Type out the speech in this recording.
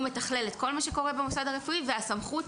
הוא מתכלל את כל מה שקורה במוסד הרפואי והסמכות